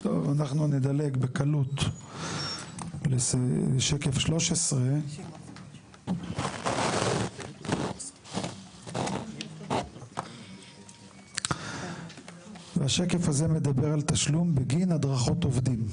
אנחנו נדלג בקלות לשקף 13. השקף הזה מדבר על תשלום בגין הדרכות עובדים.